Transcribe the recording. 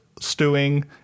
stewing